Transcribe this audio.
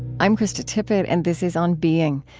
i'm krista tippett, and this is on being.